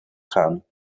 gaan